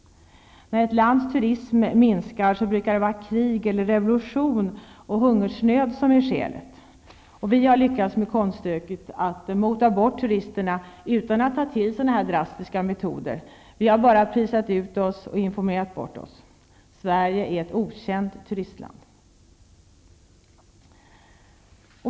När ett lands turism minskar brukar det vara krig, revolution eller hungersnöd som är skälet. Vi har lyckats med konststycket att mota bort turisterna utan att ta till sådana här drastiska metoder. Vi har bara prisat ut oss och informerat bort oss. Sverige är ett okänt turistland.